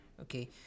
okay